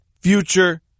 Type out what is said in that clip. future